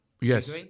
Yes